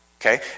Okay